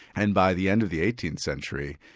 and by the end of the eighteenth century,